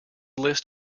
list